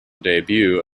debut